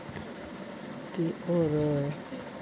फ्ही और